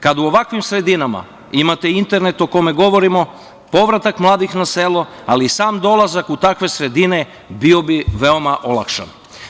Kada u ovakvim sredinama imate internet o kome govorimo, povratak mladih na selo, ali i sam dolazak u takve sredine bio bi veoma olakšan.